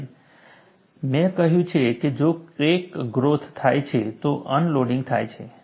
અને મેં કહ્યું છે કે જો ક્રેક ગ્રોથ થાય છે તો અનલોડિંગ થાય છે